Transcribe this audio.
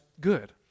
good